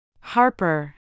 Harper